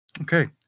Okay